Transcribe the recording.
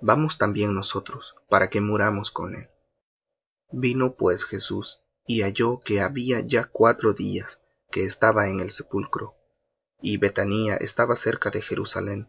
vamos también nosotros para que muramos con él vino pues jesús y halló que había ya cuatro días que estaba en el sepulcro y bethania estaba cerca de jerusalem